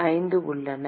5 உள்ளன